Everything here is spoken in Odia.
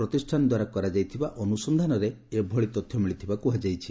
ପ୍ରତିଷ୍ଠାନ ଦ୍ୱାରା କରାଯାଇଥିବା ଅନୁସନ୍ଧାନରେ ଏଭଳି ତଥ୍ୟ ମିଳିଥିବା କୁହାଯାଇଛି